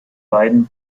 beiden